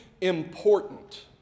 important